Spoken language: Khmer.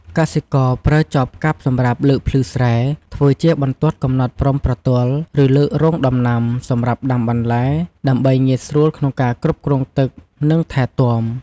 កសិករប្រើចបកាប់សម្រាប់ លើកភ្លឺស្រែធ្វើជាបន្ទាត់កំណត់ព្រំប្រទល់ឬលើករងដំណាំ សម្រាប់ដាំបន្លែ ដើម្បីងាយស្រួលក្នុងការគ្រប់គ្រងទឹក និងថែទាំ។